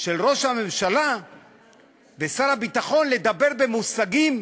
של ראש הממשלה ושר הביטחון לדבר במושגים